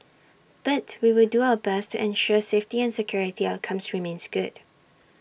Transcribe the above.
but we will do our best to ensure safety and security outcomes remains good